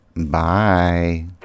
bye